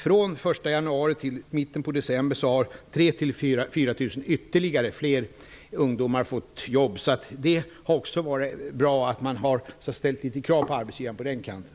Från den 1 januari till mitten på december har 3 000-- 4 000 ytterligare fler ungdomar fått jobb. Det har varit bra att man ställt krav på arbetsgivaren.